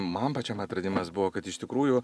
man pačiam atradimas buvo kad iš tikrųjų